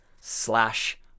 Slash